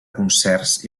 concerts